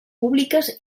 públiques